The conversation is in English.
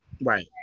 Right